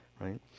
right